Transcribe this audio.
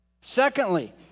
Secondly